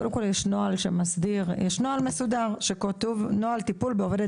קודם כל יש נוהל מסודר שכתוב נוהל טיפול בעובדת